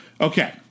Okay